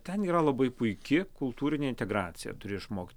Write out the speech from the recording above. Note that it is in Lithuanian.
ten yra labai puiki kultūrinė integracija turi išmokt